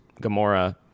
Gamora